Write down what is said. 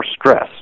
stress